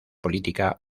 política